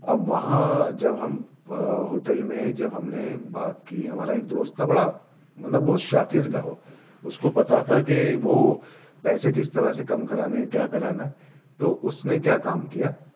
اب وہاں جب ہم ہوٹل میں جب ہم نے بات کی ہمارا ایک دوست تھا بڑا مطلب بہت شاتر تھا وہ اس کو پتا تھا کہ وہ پیسے کس طرح سے کم کرانے ہیں کیا کرانا تو اس نے کیا کام کیا